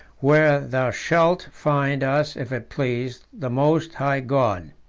where thou shalt find us if it please the most high god.